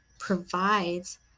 Provides